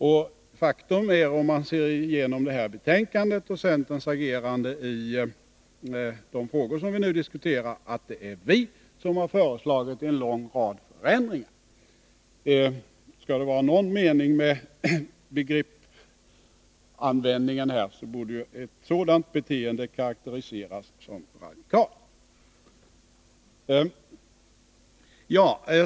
Om man läser igenom betänkandet och lägger märke till centerns agerande i de frågor som vi nu diskuterar, så står det helt klart att det är vi som har föreslagit en lång rad förändringar. Skall det vara någon mening med begreppsanvändningen här, borde ett sådant beteende karakteriseras som radikalt.